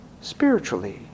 spiritually